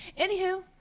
anywho